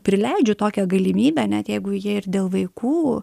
prileidžiu tokią galimybę net jeigu jie ir dėl vaikų